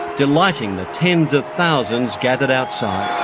delighting the tens of thousands gathered outside.